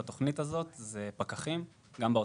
אחד זה תקצוב של כמה מאות פקחי קורונה לאוטובוסים,